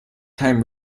time